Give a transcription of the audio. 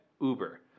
Uber